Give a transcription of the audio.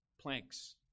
planks